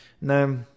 Now